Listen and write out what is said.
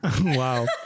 Wow